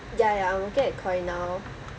ya ya I'm working at koi now